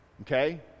okay